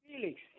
Felix